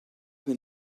been